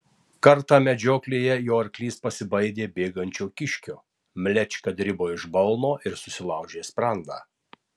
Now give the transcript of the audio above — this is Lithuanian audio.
kartą medžioklėje jo arklys pasibaidė bėgančio kiškio mlečka dribo iš balno ir susilaužė sprandą